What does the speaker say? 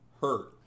Hurt